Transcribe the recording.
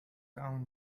down